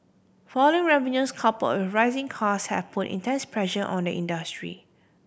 falling revenues coupled arising cost have put intense pressure on the industry